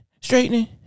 straightening